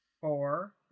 four